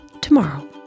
tomorrow